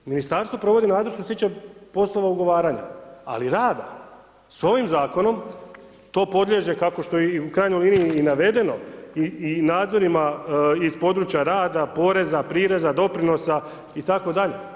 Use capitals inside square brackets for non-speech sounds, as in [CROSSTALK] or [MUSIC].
I u ministarstvu se provodi ... [UNINTELLIGIBLE] što se tiče poslova ugovaranja ali rada, s ovim zakonom, to podliježe, kako što je i u krajnjoj liniji i navedeno, i nadzorima iz područja rada, poreza, prireza, doprinosa itd.